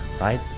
right